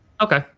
Okay